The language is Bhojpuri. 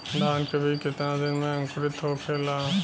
धान के बिज कितना दिन में अंकुरित होखेला?